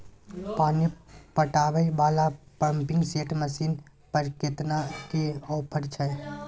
पानी पटावय वाला पंपिंग सेट मसीन पर केतना के ऑफर छैय?